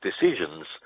decisions